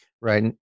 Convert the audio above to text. Right